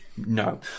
no